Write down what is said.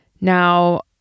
Now